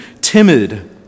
timid